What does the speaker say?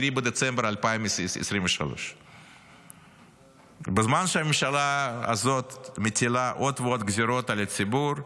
בדצמבר 2023. בזמן שהממשלה הזאת מטילה עוד ועוד גזרות על הציבור,